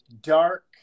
dark